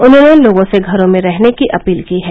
उन्हॉने लोगों से घरों में रहने की अपील की है